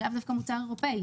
זה לאו דווקא מוצר אירופי,